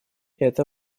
это